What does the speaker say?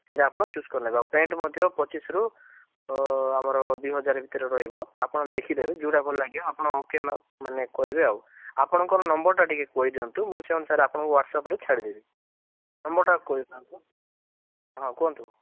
ସେଇଟା ଆପଣ ଚୁଜ୍ କରିନେବେ ଆଉ ପ୍ୟାଣ୍ଟ ମଧ୍ୟ ପଚିଶରୁ ଆମର ଦୁଇ ହଜାର ଭିତରେ ରହିବ ଆପଣ ଦେଖିଦେବେ ଯେଉଁଟା ଭଲ ଲାଗିବ ଆପଣ ଓକେ ମାନେ କହିବେ ଆଉ ଆପଣଙ୍କର ନମ୍ବରଟା ଟିକିଏ କହିଦିଅନ୍ତୁ ମୁଁ ସେଇ ଅନୁସାରେ ଆପଣଙ୍କୁ ହ୍ୱାଟ୍ସଆପ୍ରେ ଛାଡ଼ିଦେବି ନମ୍ବରଟା କହିଥାନ୍ତୁ ହଁ କୁହନ୍ତୁ